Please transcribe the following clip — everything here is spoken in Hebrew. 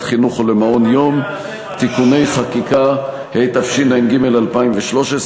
חינוך או למעון יום (תיקוני חקיקה) הוא יורד מההצעה.